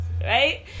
right